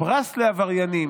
פרס לעבריינים?